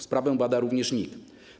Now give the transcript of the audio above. Sprawę bada również NIK.